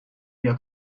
york